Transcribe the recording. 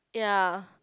ya